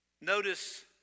Notice